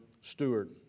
steward